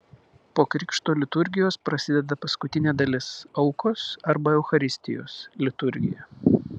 po krikšto liturgijos prasideda paskutinė dalis aukos arba eucharistijos liturgija